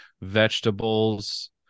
vegetables